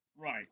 right